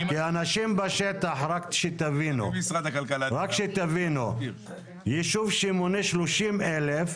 רק שתבינו, יישוב שמונה 30,000,